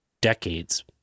decades